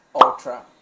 Ultra